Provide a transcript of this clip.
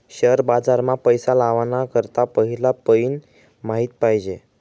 share बाजार मा पैसा लावाना करता पहिला पयीन माहिती पायजे